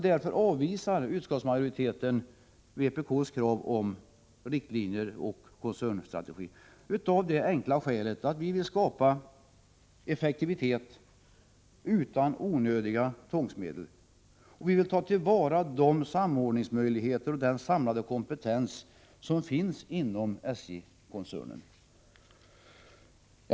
Därför avvisar utskottsmajoriteten vpk:s krav på andra riktlinjer och en annan koncernstrategi av det enkla skälet att vi vill skapa effektivitet utan onödiga tvångsmedel. Vi vill ta till vara de samordningsmöjligheter och den samlade kompetens som finns inom SJ-koncernen.